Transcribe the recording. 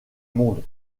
monde